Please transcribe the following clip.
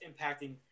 impacting